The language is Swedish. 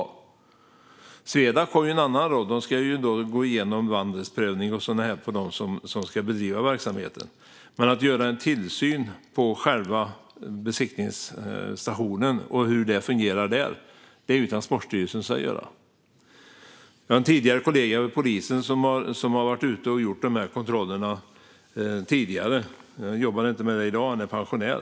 Swedac har en annan roll. De ska göra vandelsprövning av dem som ska bedriva verksamheten, men utöva tillsyn av hur det fungerar på själva besiktningsstationen ska Transportstyrelsen göra. En tidigare kollega till mig vid polisen har gjort dessa kontroller. I dag jobbar han inte, utan han är pensionär.